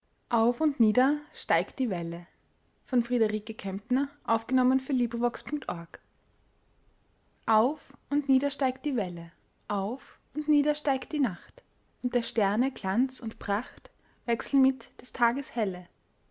auf und nieder steigt die welle auf und nieder steigt die welle auf und nieder steigt die nacht und der sterne glanz und pracht wechseln mit des tages helle